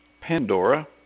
Pandora